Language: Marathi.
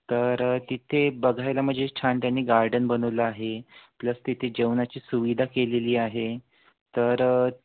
तर तिथे बघायला म्हणजे छान त्यांनी गार्डन बनवलं आहे प्लस तिथे जेवणाची सुविधा केलेली आहे तर